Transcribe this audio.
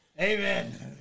Amen